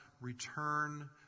return